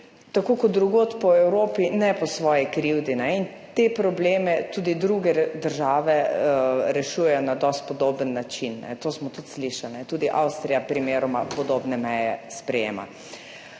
tako kot drugod po Evropi, ne po svoji krivdi. In te probleme tudi druge države rešujejo na precej podoben način, to smo tudi slišali, tudi Avstrija primeroma podobne meje sprejema.